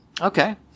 Okay